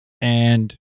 and-